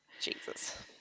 Jesus